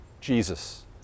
Jesus